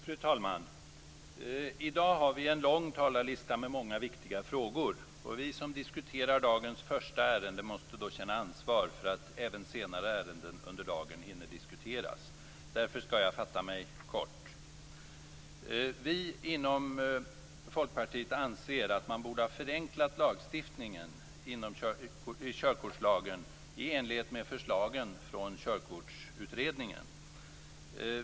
Fru talman! I dag har vi en lång talarlista med många viktiga frågor. Vi som diskuterar dagens första ärende måste då känna ansvar för att även senare ärenden under dagen hinner diskuteras. Därför skall jag fatta mig kort. Vi inom Folkpartiet anser att man borde ha förenklat lagstiftningen i körkortslagen i enlighet med förslagen från Körkortsutredningen.